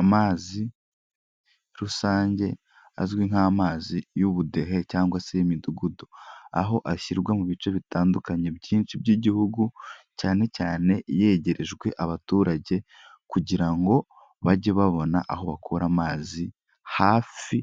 Amazi rusange azwi nk'amazi y'ubudehe cyangwa se y'imidugudu, aho ashyirwa mu bice bitandukanye byinshi by'igihugu, cyane cyane yegerejwe abaturage kugira ngo bajye babona aho bakora amazi hafi